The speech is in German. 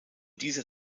dieser